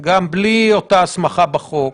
וזה גם בלי אותה הסמכה בחוק,